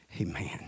Amen